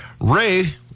Ray